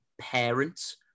parents